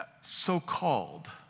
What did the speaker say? so-called